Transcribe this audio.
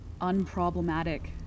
unproblematic